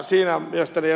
siinä mielestäni ed